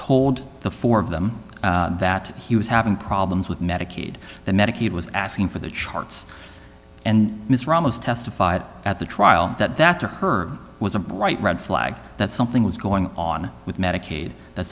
told the four of them that he was having problems with medicaid the medicaid was asking for the charts and ms ramos testified at the trial that that to her was a bright red flag that something was going on with medicaid that